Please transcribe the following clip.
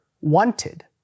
wanted